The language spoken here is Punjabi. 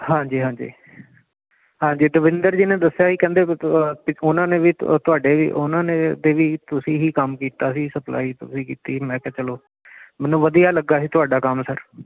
ਹਾਂਜੀ ਹਾਂਜੀ ਹਾਂਜੀ ਦਵਿੰਦਰ ਜੀ ਨੇ ਦੱਸਿਆ ਸੀ ਕਹਿੰਦੇ ਉਹਨਾਂ ਨੇ ਵੀ ਤੁਹਾਡੇ ਉਹਨਾਂ ਨੇ ਵੀ ਤੁਸੀਂ ਹੀ ਕੰਮ ਕੀਤਾ ਸੀ ਸਪਲਾਈ ਤੁਸੀਂ ਕੀਤੀ ਮੈਂ ਕਿਹਾ ਚਲੋ ਮੈਨੂੰ ਵਧੀਆ ਲੱਗਾ ਸੀ ਤੁਹਾਡਾ ਕੰਮ ਸਰ